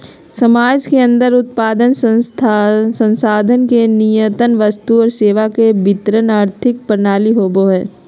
समाज के अन्दर उत्पादन, संसाधन के नियतन वस्तु और सेवा के वितरण आर्थिक प्रणाली होवो हइ